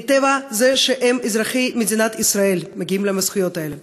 מטבע זה שהם אזרחי מדינת ישראל מגיעות להם הזכויות האלה.